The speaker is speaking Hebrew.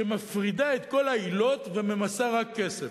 שמפרידה את כל העילות וממסה רק כסף.